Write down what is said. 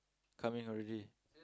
coming already